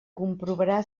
comprovarà